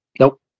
Nope